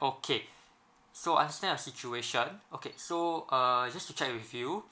okay so understand your situation okay so err just to check with you